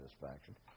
satisfaction